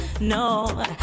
no